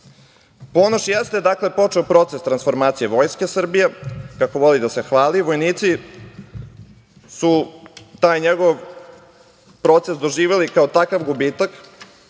jeste počeo proces transformacije Vojske Srbije, kako voli da se hvali. Vojnici su taj njegov proces doživeli kao takav gubitak